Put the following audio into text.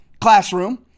classroom